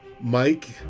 Mike